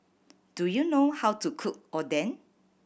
do you know how to cook Oden